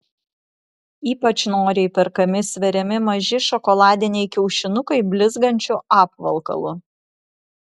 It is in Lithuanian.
ypač noriai perkami sveriami maži šokoladiniai kiaušinukai blizgančiu apvalkalu